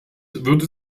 würde